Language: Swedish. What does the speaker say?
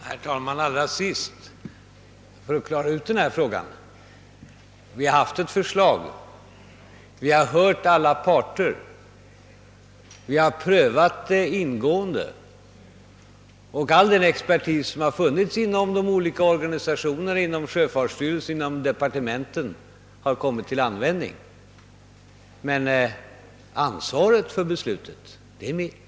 Herr talman! Allra sist vill jag för att klara ut denna fråga säga, att vi här haft ett förslag, att vi har hört alla parter och att vi ingående prövat det. All den expertis som har funnits inom de olika organisationer, det här gäller, inom sjöfartsstyrelsen och inom departementet har kommit till användning. Men ansvaret för beslutet är mitt.